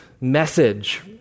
message